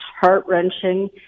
heart-wrenching